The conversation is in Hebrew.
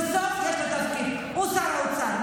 בסוף יש לו תפקיד, הוא שר האוצר.